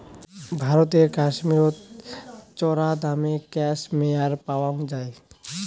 ভারতের কাশ্মীরত চরাদামে ক্যাশমেয়ার পাওয়াং যাই